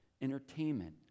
entertainment